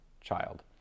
child